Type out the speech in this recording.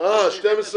הסעיף